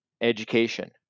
education